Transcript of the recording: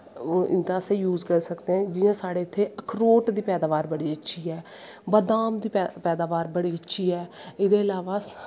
उंदै आस्तै यूस करी सकदे न जियां साढ़ै इत्थें अखरोट दी पैदाबार बड़ी अच्छी ऐ बदाम दी पैदाबार बड़ी अच्छी ऐ एह्दे इलावा